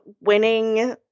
winning